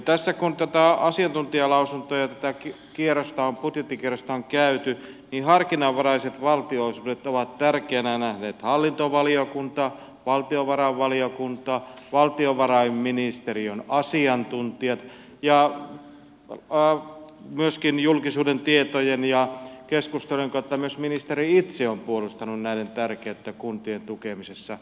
tässä kun näitä asiantuntijalausuntoja ja tätä budjettikierrosta on käyty niin harkinnanvaraiset valtionosuudet ovat tärkeänä nähneet hallintovaliokunta valtiovarainvaliokunta valtiovarainministeriön asiantuntijat ja myöskin julkisuuden tietojen ja keskustelujen kautta myös ministeri itse on puolustanut näiden tärkeyttä kuntien tukemisessa